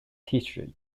history